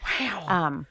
Wow